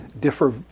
differ